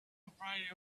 afraid